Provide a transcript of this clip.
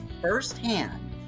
firsthand